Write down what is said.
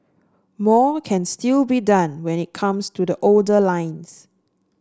more can still be done when it comes to the older lines